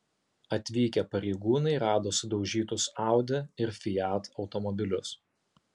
atvykę pareigūnai rado sudaužytus audi ir fiat automobilius